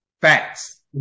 Facts